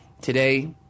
Today